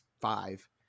five